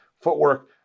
footwork